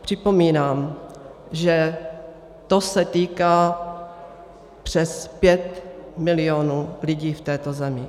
Připomínám, že to se týká přes 5 milionů lidí v této zemi.